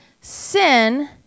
sin